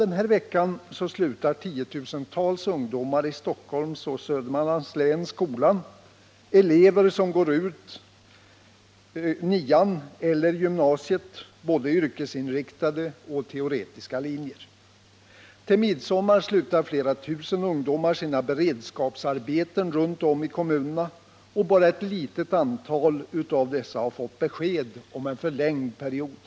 Den här veckan slutar tiotusentals ungdomar i Stockholms och Södermanlands län skolan — det är elever från yrkesinriktade och teoretiska linjer i både nian och gymnasiet. Till midsommar slutar flera tusen ungdomar sina beredskapsarbeten runt om i kommunerna, och bara ett litet antal av dessa har fått besked om en förlängd period.